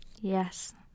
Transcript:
Yes